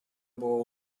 buvo